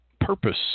purpose